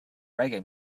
reggae